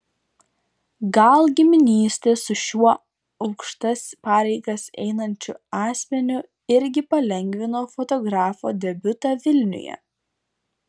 gal giminystė su šiuo aukštas pareigas einančiu asmeniu irgi palengvino fotografo debiutą vilniuje